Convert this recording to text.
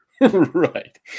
Right